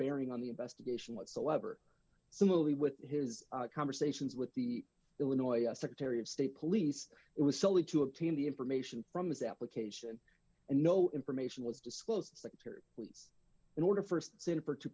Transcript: bearing on the investigation whatsoever similarly with his conversations with the illinois secretary of state police it was silly to obtain the information from his application and no information was disclosed secretary please in order